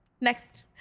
Next